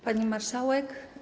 Pani Marszałek!